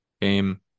game